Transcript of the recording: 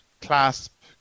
clasp